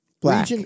black